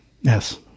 Yes